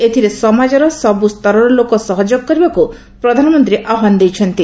ଏଥିରେ ସମାଜର ସବୁ ସ୍ତରର ଲୋକ ସହଯୋଗ କରିବାକୁ ପ୍ରଧାନମନ୍ତ୍ରୀ ଆହ୍ୱାନ ଦେଇଛନ୍ତି